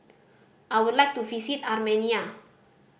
I would like to visit Armenia